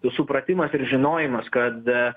supratimas ir žinojimas kad